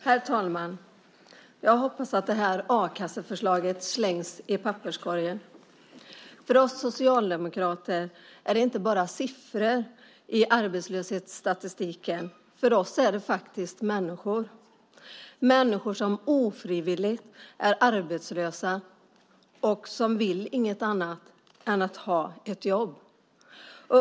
Herr talman! Jag hoppas att det här a-kasseförslaget slängs i papperskorgen. För oss socialdemokrater är det inte bara siffror i arbetslöshetsstatistiken. För oss är det människor, människor som ofrivilligt är arbetslösa och som inget annat vill än att ha ett jobb.